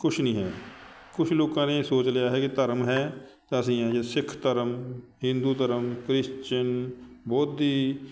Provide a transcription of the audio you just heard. ਕੁਛ ਨਹੀਂ ਹੈ ਕੁਛ ਲੋਕਾਂ ਨੇ ਇਹ ਸੋਚ ਲਿਆ ਹੈ ਕਿ ਧਰਮ ਹੈ ਤਾਂ ਅਸੀਂ ਹੈ ਜੇ ਸਿੱਖ ਧਰਮ ਹਿੰਦੂ ਧਰਮ ਕ੍ਰਿਸ਼ਚਨ ਬੋਧੀ